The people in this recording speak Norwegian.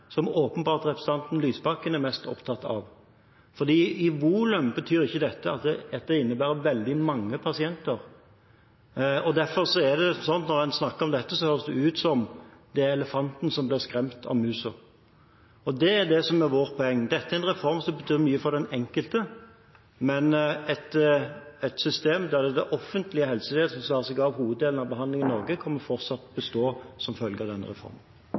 Lysbakken åpenbart er mest opptatt av, for i volum betyr ikke dette at dette innebærer veldig mange pasienter. Derfor er det sånn når en snakker om dette, at det høres ut som elefanten som ble skremt av musa. Det er det som er vårt poeng. Dette er en reform som betyr mye for den enkelte. Et system der det offentlige helsevesenet skal ta seg av hoveddelen av behandlingen i Norge, kommer fortsatt til å bestå som følge av denne reformen.